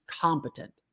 competent